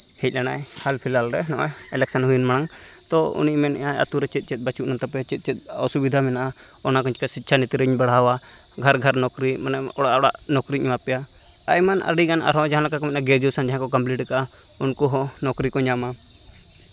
ᱦᱮᱡ ᱞᱮᱱᱟᱭ ᱦᱟᱞ ᱯᱷᱤᱞᱟᱞ ᱨᱮ ᱱᱚᱜᱼᱚᱭ ᱤᱞᱮᱠᱥᱚᱱ ᱦᱩᱭᱩᱜ ᱢᱟᱲᱟᱝ ᱛᱳ ᱩᱱᱤ ᱢᱮᱱᱮᱫᱼᱟᱭ ᱟᱹᱛᱩ ᱨᱮ ᱪᱮᱫ ᱪᱮᱫ ᱵᱟᱹᱪᱩᱜᱼᱟ ᱛᱟᱯᱮ ᱪᱮᱫ ᱪᱮᱫ ᱚᱥᱩᱵᱤᱫᱷᱟ ᱢᱮᱱᱟᱜᱼᱟ ᱚᱱᱟᱠᱚ ᱡᱚᱛᱚ ᱥᱤᱪᱪᱷᱟ ᱱᱤᱛ ᱨᱤᱧ ᱵᱟᱲᱦᱟᱣᱟ ᱜᱷᱟᱨ ᱜᱷᱟᱨ ᱱᱚᱠᱨᱤ ᱢᱟᱱᱮ ᱚᱲᱟᱜ ᱚᱲᱟᱜ ᱱᱚᱠᱨᱤᱧ ᱮᱢᱟ ᱯᱮᱭᱟ ᱟᱭᱢᱟ ᱟᱹᱰᱤᱜᱟᱱ ᱟᱨᱚ ᱡᱟᱦᱟᱸ ᱞᱮᱠᱟ ᱠᱚ ᱢᱮᱱᱮᱫᱼᱟ ᱜᱨᱮᱡᱩᱭᱮᱥᱮᱱ ᱡᱟᱦᱟᱸᱭ ᱠᱚ ᱠᱚᱢᱯᱞᱤᱴ ᱠᱟᱜᱼᱟ ᱩᱱᱠᱩ ᱦᱚᱸ ᱱᱩᱠᱨᱤ ᱠᱚ ᱧᱟᱢᱟ